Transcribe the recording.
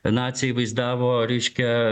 naciai vaizdavo reiškia